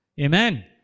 amen